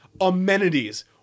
amenities